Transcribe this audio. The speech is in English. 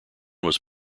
was